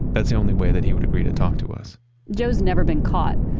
that's the only way that he would agree to talk to us joe's never been caught,